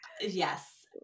yes